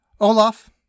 Olaf